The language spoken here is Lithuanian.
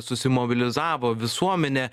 susimobilizavo visuomenė